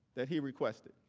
that he requested,